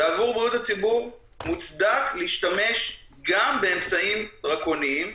ועבור בריאות הציבור מוצדק להשתמש גם באמצעים דרקוניים,